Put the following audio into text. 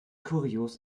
kurios